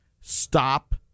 stop